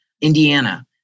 Indiana